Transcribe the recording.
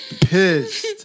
pissed